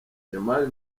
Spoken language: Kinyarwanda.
jamal